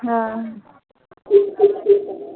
हँ